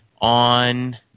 on